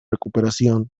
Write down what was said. recuperación